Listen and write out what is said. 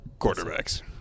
Quarterbacks